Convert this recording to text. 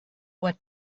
what